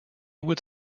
would